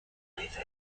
theatre